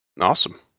awesome